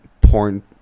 porn